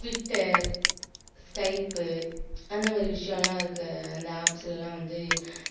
Twitter Skype அந்த மாதிரி விஷயம்லாம் இருக்குது அந்த ஆப்ஸ்லெலாம் வந்து